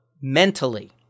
mentally